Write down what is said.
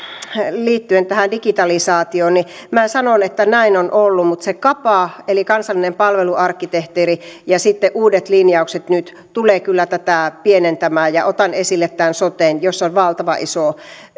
liittyen tähän digitalisaatioon minä sanon että näin on ollut mutta se kapa eli kansallinen palveluarkkitehtuuri ja uudet linjaukset nyt tulevat kyllä tätä pienentämään ja otan esille tämän soten jossa on valtavan iso